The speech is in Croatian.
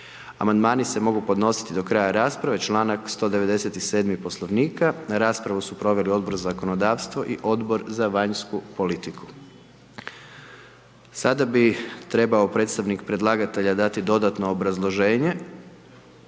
Amandmani se mogu podnositi do kraja rasprave članak 197. Poslovnika. Raspravu su proveli Odbor za zakonodavstvo i Odbor za vanjsku politiku. Sada bi trebao predstavnik predlagatelja dati dodatno obrazloženje,